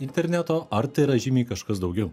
interneto ar tai yra žymiai kažkas daugiau